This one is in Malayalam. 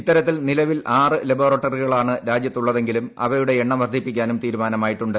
ഇത്തരത്തിൽ നിലവിൽ ആറ് ലബോറട്ടറികളാണ് രാജ്യത്തുള്ളതെങ്കിലും അവയുടെ എണ്ണം വർദ്ധിപ്പിക്കാനും തീരുമാനമായിട്ടുണ്ട്